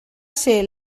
ser